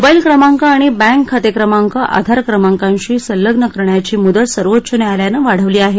mobile क्रमांक आणि bank खाते क्रमांक आधार क्रमांकाशी संलग्न करण्याची मुदत सर्वोच्च न्यायालयान वाढवली आहे